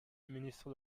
ministre